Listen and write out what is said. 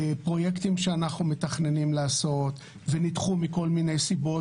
פרויקטים שאנחנו מתכננים לעשות ונדחו מכל מיני סיבות,